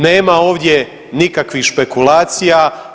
Nema ovdje nikakvih špekulacija.